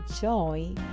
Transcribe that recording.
joy